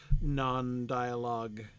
non-dialogue